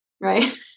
right